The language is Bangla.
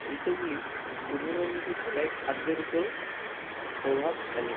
ঋতুগুলি পূর্ব মেদিনীপুর জেলায় খাদ্যের উপরও প্রভাব ফেলে